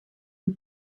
une